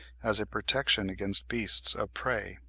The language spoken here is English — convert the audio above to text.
as a protection against beasts of prey.